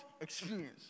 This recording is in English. experience